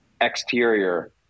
exterior